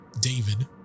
David